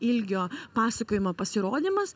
ilgio pasakojimo pasirodymas